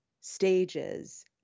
stages